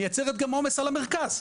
מייצרת גם עומס על המרכז,